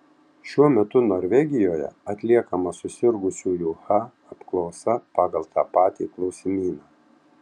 šiuo metu norvegijoje atliekama susirgusiųjų ha apklausa pagal tą patį klausimyną